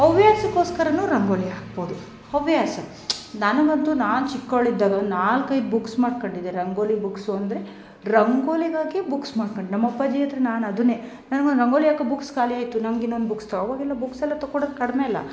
ಹವ್ಯಾಸಕ್ಕೋಸ್ಕರ ರಂಗೋಲಿ ಹಾಕ್ಬೋದು ಹವ್ಯಾಸ ನನಗಂತೂ ನಾನು ಚಿಕ್ಕವಳಿದ್ದಾಗ ನಾಲ್ಕೈದು ಬುಕ್ಸ್ ಮಾಡ್ಕೊಂಡಿದ್ದೆ ರಂಗೋಲಿ ಬುಕ್ಸು ಅಂದರೆ ರಂಗೋಲಿಗಾಗಿ ಬುಕ್ಸ್ ಮಾಡ್ಕೊಂಡಿದ್ದೆ ನಮ್ಮ ಅಪ್ಪಾಜಿ ಹತ್ರ ನಾನು ಅದನ್ನೇ ನಂಗೊಂದು ರಂಗೋಲಿ ಹಾಕೋ ಬುಕ್ಸ್ ಖಾಲಿ ಆಯಿತು ನಂಗೆ ಇನ್ನೊಂದು ಬುಕ್ಸ್ ತಂಗೊಂಡ್ ಬಾ ಅವಾಗೆಲ್ಲ ಬುಕ್ಸ್ ಎಲ್ಲ ತಕ್ಕೊಡೋದು ಕಡಿಮೆ ಅಲ್ಲ